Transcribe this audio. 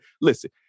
listen